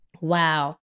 Wow